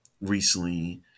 recently